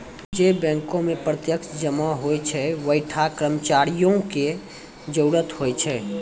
जै बैंको मे प्रत्यक्ष जमा होय छै वैंठा कर्मचारियो के जरुरत होय छै